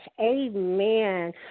Amen